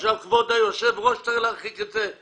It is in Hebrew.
עכשיו כבוד היושב-ראש צריך להרחיק את זה?